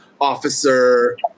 officer